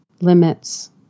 limits